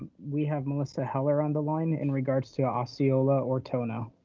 we have melissa heller on the line in regards to oseola otono.